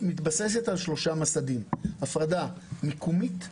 מתבססת על שלושה מצבים - הפרדה מקומית,